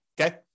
Okay